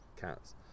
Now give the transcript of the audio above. Cats